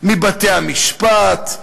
מבתי-המשפט,